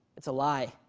it's a lie.